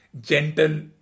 gentle